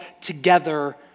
together